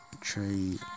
trade